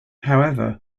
however